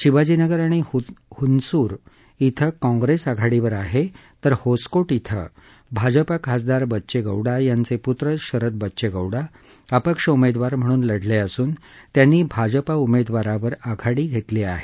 शिवाजीनगर आणि हनसूर ि काँग्रेस आघाडीवर आहे तर होसकोट ि भाजपा खासदार बच्चेगौडा यांचे पुत्र शरद बच्चेगौडा अपक्ष उमेदवार म्हणून लढले असून त्यांनी भाजपा उमेदवारावर आघाडी घेतली आहे